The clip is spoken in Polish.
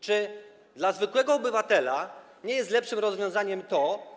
Czy dla zwykłego obywatela nie jest lepszym rozwiązaniem to.